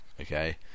okay